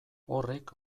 horrek